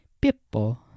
Pippo